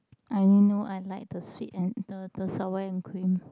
I know I like the sweet and the the sour and cream